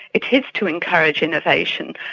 it is to encourage innovation,